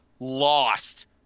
lost